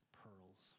pearls